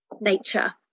nature